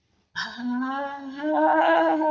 !huh!